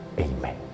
amen